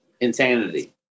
insanity